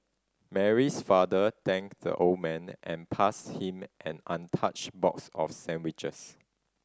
Mary's father thanked the old man and passed him an untouched box of sandwiches